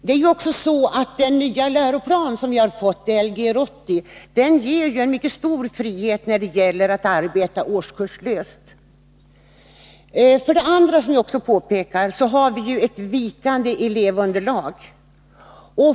Den nya läroplan som vi har fått, Lgr 80, ger en mycket stor frihet att arbeta årskurslöst. Det andra som jag vill framhålla är att vi har ett vikande elevunderlag.